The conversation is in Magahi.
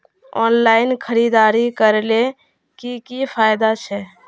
ऑनलाइन खरीदारी करले की की फायदा छे?